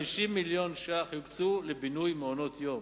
50 מיליון ש"ח יוקצו לבינוי מעונות-יום.